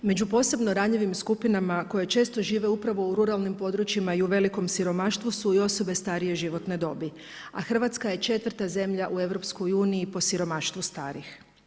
Među posebno ranjivim skupinama koje često žive upravo u ruralnim područjima i u velikom siromaštvu su i osobe starije životne dobi, a Hrvatska je četvrta zemlja u EU po siromaštvu starih.